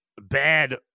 bad